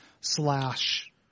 slash